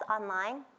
online